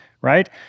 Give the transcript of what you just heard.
right